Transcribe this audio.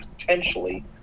potentially –